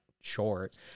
short